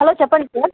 hello చెప్పండి sir